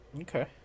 okay